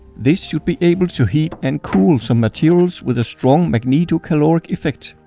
this should be able to heat and cool some materials with a strong magnetocaloric effect.